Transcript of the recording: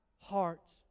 hearts